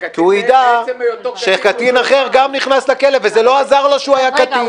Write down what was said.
כי הוא ידע שקטין אחר גם נכנס לכלא וזה לא עזר לו שהוא היה קטין